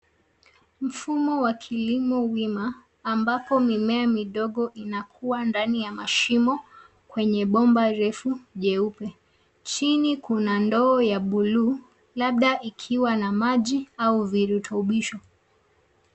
Mfumo wa kilimo wima ambapo mimea midogo inakua ndani ya mashimo kwenye bomba refu jeupe. Chini kuna ndoo ya buluu, labda ikiwa na maji au virutubisho.